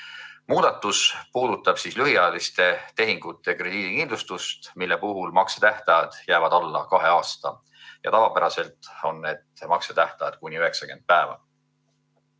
Muudatus puudutab lühiajaliste tehingute krediidikindlustust, mille puhul maksetähtajad jäävad alla kahe aasta, tavapäraselt on need maksetähtajad kuni 90 päeva.